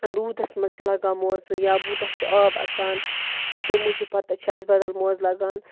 روٗدس منٛز چھِ لگان موزٕ یا بوٗٹس چھُ آب اَژان تہٕ تمہِ موٗجوٗب پتہٕ چھُ اَسہِ بَدل موزٕ لَگان